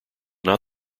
not